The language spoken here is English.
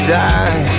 die